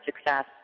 success